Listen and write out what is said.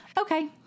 Okay